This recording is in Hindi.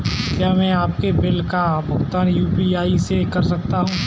क्या मैं अपने बिल का भुगतान यू.पी.आई से कर सकता हूँ?